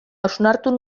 hausnatu